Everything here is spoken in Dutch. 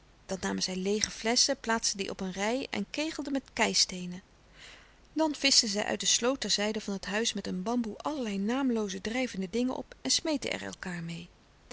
dan namen zij leêge flesschen plaatsten die op een rei en kegelden met keisteenen dan vischten zij uit de sloot terzijde van het huis met een bamboe allerlei naamlooze drijvende dingen op en smeten er elkaâr meê